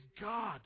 God